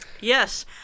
Yes